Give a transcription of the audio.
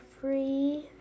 free